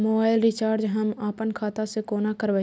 Mobile recharge हम आपन खाता से कोना करबै?